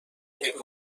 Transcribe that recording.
بودیم